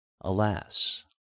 Alas